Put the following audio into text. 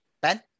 Ben